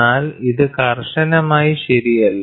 എന്നാൽ ഇത് കർശനമായി ശരിയല്ല